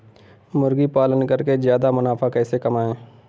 मुर्गी पालन करके ज्यादा मुनाफा कैसे कमाएँ?